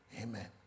Amen